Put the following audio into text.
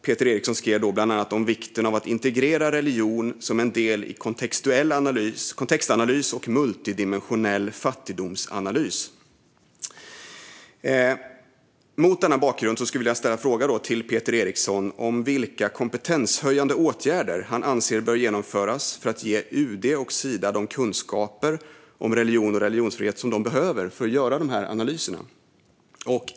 Peter Eriksson skrev då bland annat om vikten av att integrera religion som en del i kontextanalys och i multidimensionell fattigdomsanalys. Mot denna bakgrund skulle jag vilja ställa en fråga till Peter Eriksson om vilka kompetenshöjande åtgärder som han anser bör genomföras för att ge UD och Sida de kunskaper om religion och religionsfrihet som de behöver för att göra dessa analyser.